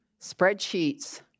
spreadsheets